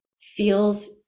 feels